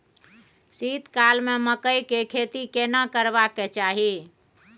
शीत काल में मकई के खेती केना करबा के चाही?